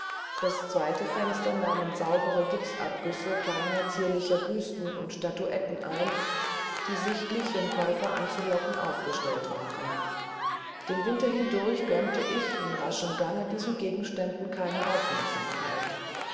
das zweite fenster nahmen saubere gypsabgüsse kleiner zierlicher büsten und statuetten ein die sichtlich um käufer anzulocken ausgestellt waren den winter hindurch gönnte ich in raschem gange diesen gegenständen keine aufmerksamkeit